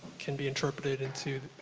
can be interpreted into,